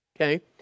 Okay